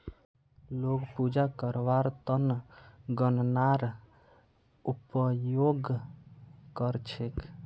लोग पूजा करवार त न गननार उपयोग कर छेक